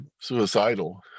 suicidal